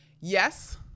Yes